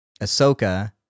Ahsoka